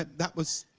that was